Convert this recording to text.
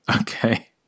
Okay